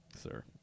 sir